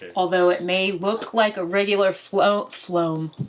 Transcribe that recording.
although it may look like a regular flow, floam.